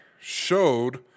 showed